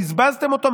בזבזתם אותו.